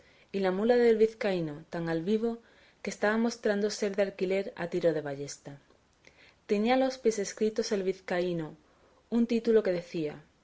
y la mula del vizcaíno tan al vivo que estaba mostrando ser de alquiler a tiro de ballesta tenía a los pies escrito el vizcaíno un título que decía